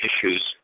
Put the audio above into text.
issues